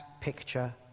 picture